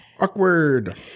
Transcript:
awkward